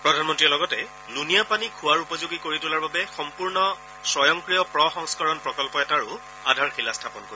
প্ৰধানমন্ত্ৰীয়ে লগতে লুণীয়া পানী খোৱাৰ উপযোগী কৰি তোলাৰ বাবে সম্পূৰ্ণ স্বয়ংক্ৰিয় প্ৰসংস্কৰণ প্ৰকল্প এটাৰো আধাৰশিলা স্থাপন কৰিব